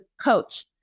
coach